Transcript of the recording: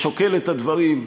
שוקל את הדברים,